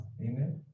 Amen